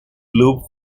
loop